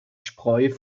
spreu